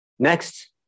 Next